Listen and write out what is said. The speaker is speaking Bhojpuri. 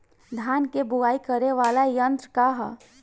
धान के बुवाई करे वाला यत्र का ह?